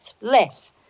less